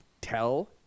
tell